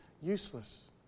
useless